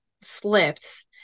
slipped